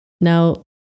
Now